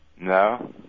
No